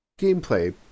Gameplay